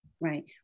Right